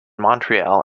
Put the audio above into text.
montreal